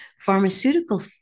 Pharmaceutical